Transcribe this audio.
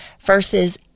versus